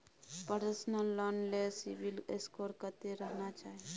Personal loan ले CIBIL score कत्ते रहना चाही?